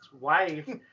wife